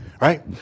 right